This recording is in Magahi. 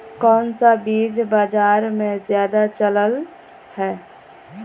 कोन सा बीज बाजार में ज्यादा चलल है?